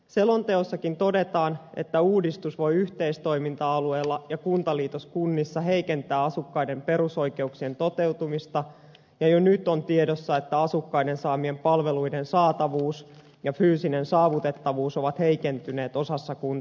selonteossakin todetaan että uudistus voi yhteistoiminta alueilla ja kuntaliitoskunnissa heikentää asukkaiden perusoikeuksien toteutumista ja jo nyt on tiedossa että asukkaiden saamien palveluiden saatavuus ja fyysinen saavutettavuus ovat heikentyneet osassa kuntakenttää